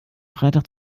freitag